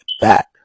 back